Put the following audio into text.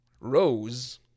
rose